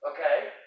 Okay